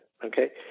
okay